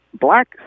black